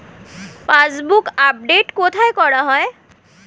Passbook update কোথায় করা হয়?